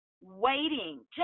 waiting